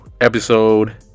episode